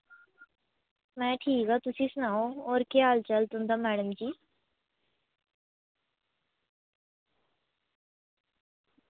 में ठीक तुस सनाओ तुंदा केह् हाल मैडम जी